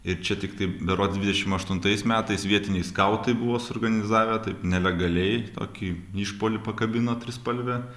ir čia tiktai berods dvidešim aštuntais metais vietiniai skautai buvo suorganizavę taip nelegaliai tokį išpuolį pakabino trispalvę